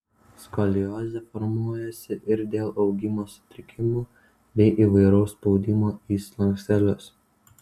skoliozė formuojasi ir dėl augimo sutrikimų bei įvairaus spaudimo į slankstelius